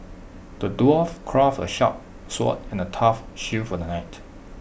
the dwarf crafted A sharp sword and A tough shield for the knight